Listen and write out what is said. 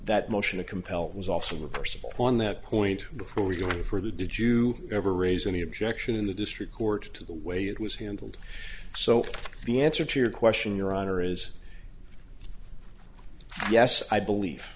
that motion to compel it was also a personal on that point are we going for the did you ever raise any objection in the district court to the way it was handled so the answer to your question your honor is yes i believe